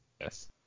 Yes